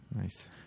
Nice